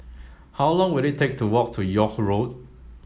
how long will it take to walk to York Road